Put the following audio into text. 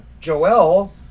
Joel